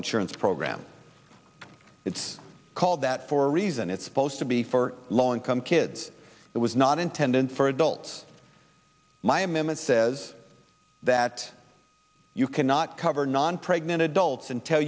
insurance program it's called that for a reason it's supposed to be for low income kids it was not intended for adults my m m it says that you cannot cover non pregnant adults and tell